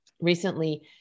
recently